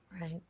right